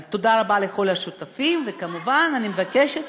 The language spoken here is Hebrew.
אז תודה רבה לכל השותפים, וכמובן, אני מבקשת,